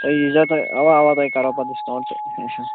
تُہۍ ییٖزیو تہٕ اَوا اَوا تۄہہِ کرو پَتہٕ ڈِسکاوُنٛٹ تہٕ کیٚنہہ چھُنہٕ